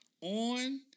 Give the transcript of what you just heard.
on